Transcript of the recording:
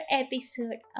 episode